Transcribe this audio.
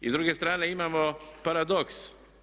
I s druge strane imamo paradoks.